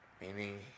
Meaning